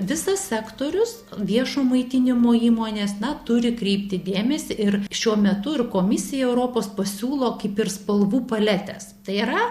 visas sektorius viešo maitinimo įmonės na turi kreipti dėmesį ir šiuo metu ir komisija europos pasiūlo kaip ir spalvų paletes tai yra